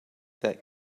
that